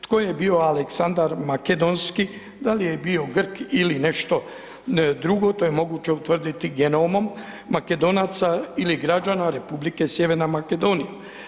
Tko je bio Aleksandar Makedonski, da li je bio Grk ili nešto drugo, to je moguće utvrditi genomom Makedonaca ili građana Republike Sjeverne Makedonije.